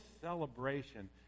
celebration